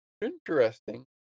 Interesting